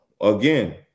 again